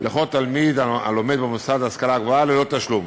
לכל תלמיד הלומד במוסד להשכלה גבוהה, ללא תשלום.